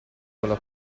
quella